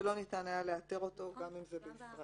שלא ניתן היה לאתר אותו גם אם זה בישראל.